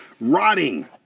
rotting